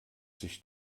sich